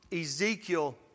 Ezekiel